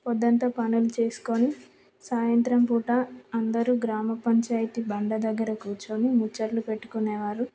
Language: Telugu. పొద్దంతా పనులు చేసుకొని సాయంత్రం పూట అందరు గ్రామపంచాయతీ బండ దగ్గర కూర్చోని ముచ్చట్లు పెట్టుకునే వారు